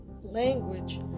language